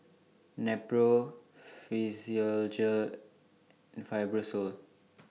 Nepro Physiogel and Fibrosol